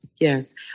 Yes